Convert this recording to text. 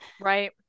Right